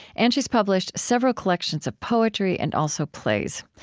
and she's published several collections of poetry and also plays.